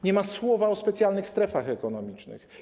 Nie ma słowa o specjalnych strefach ekonomicznych.